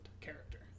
character